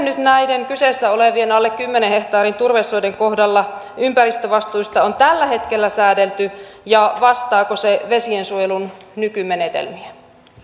nyt näiden kyseessä olevien alle kymmenen hehtaarin turvesoiden kohdalla ympäristövastuista on tällä hetkellä säädelty ja vastaako se vesiensuojelun nykymenetelmiä